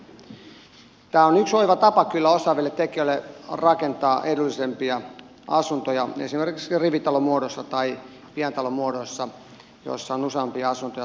tämä on yksi oiva tapa kyllä osaaville tekijöille rakentaa edullisempia asuntoja esimerkiksi rivitalomuodoissa tai pientalomuodoissa joissa on useampia asuntoja samalla alueella